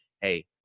hey